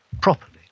properly